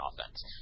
offense